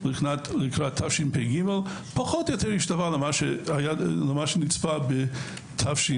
לקראת תשפ"ג פחות או יותר השתווה למה שנצפה בתש"ף.